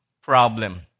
problem